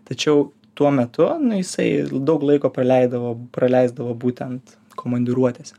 tačiau tuo metu nu jisai daug laiko praleidavo praleisdavo būtent komandiruotėse